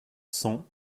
cent